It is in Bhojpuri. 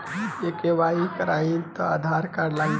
के.वाइ.सी करावे ला आधार कार्ड लागी का?